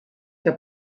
que